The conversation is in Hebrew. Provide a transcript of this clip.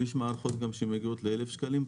ויש מערכות שמגיעות גם ל-1,000 שקלים.